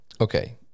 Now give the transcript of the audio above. okay